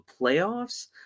playoffs